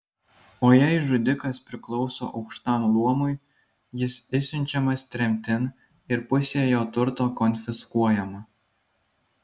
o jei žudikas priklauso aukštam luomui jis išsiunčiamas tremtin ir pusė jo turto konfiskuojama